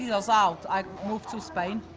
you know us out, i'll move to spain.